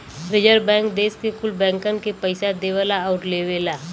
रीजर्वे bank देस के कुल बैंकन के पइसा देवला आउर लेवला